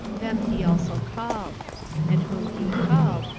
them he also called and whom he called,